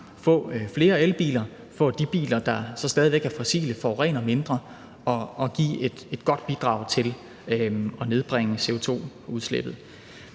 få flere elbiler, få de biler, der så stadig væk er fossile, til at forurene mindre og give et godt bidrag til at nedbringe CO2-udslippet.